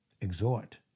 Exhort